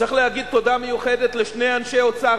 צריך להגיד תודה מיוחדת לשני אנשי אוצר,